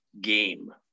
game